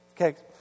Okay